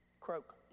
croak